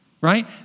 right